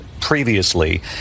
previously